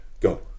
Go